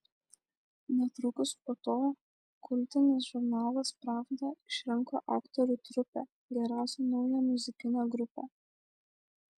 netrukus po to kultinis žurnalas pravda išrinko aktorių trupę geriausia nauja muzikine grupe